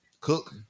Cook